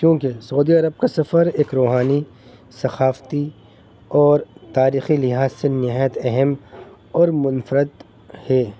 کیونکہ Saudi Arab کا سفر ایک روحانی ثقافتی اور تاریخی لحاظ سے نہایت اہم اور منفرد ہے